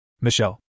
Michelle